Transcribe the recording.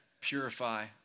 purify